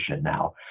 now